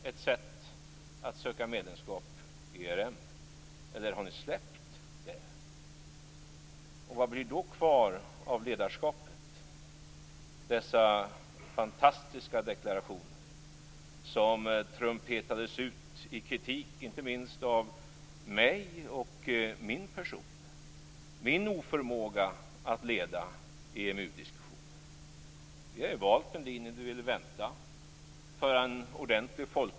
Vad blir i så fall kvar av ledarskapet? Jag tänker på dessa fantastiska deklarationer som trumpetades ut med kritik inte minst mot mig och min person, min oförmåga att leda EMU-diskussionen.